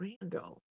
Randall